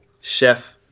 Chef